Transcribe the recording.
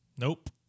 Nope